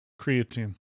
creatine